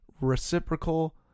Reciprocal